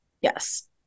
Yes